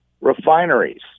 refineries